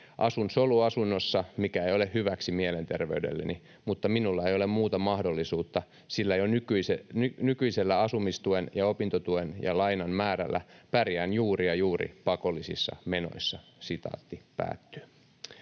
Asun soluasunnossa, mikä ei ole hyväksi mielenterveydelleni, mutta minulla ei ole muuta mahdollisuutta, sillä jo nykyisellä asumistuen ja opintotuen ja lainan määrällä pärjään juuri ja juuri pakollisissa menoissa.” ”Haluan kertoa